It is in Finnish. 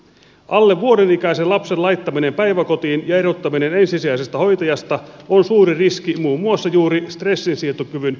alle vuoden ikäisen lapsen laittaminen päiväkotiin ja erottaminen ensisijaisesta hoitajasta on suuri riski muun muassa juuri stressinsietokyvyn kehitykselle